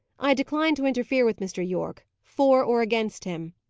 i decline to interfere with mr yorke for, or against him.